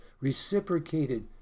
reciprocated